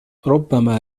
ربما